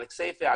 על כסייפה,